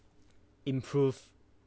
improve